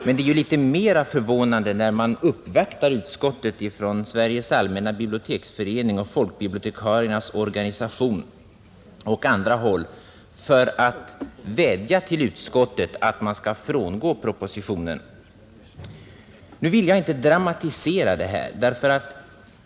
Men det är ju litet mera förvånande när utskottet uppvaktas från Sveriges allmänna biblioteksförening, folkbibliotekariernas organisation och andra håll med en vädjan att utskottet skall frångå propositionen. Nu vill jag inte dramatisera detta.